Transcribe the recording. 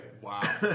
Wow